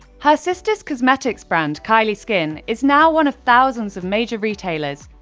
her sister's cosmetic brand, kylie skin, is now one of thousands of major retailers,